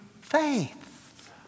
faith